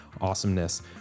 awesomeness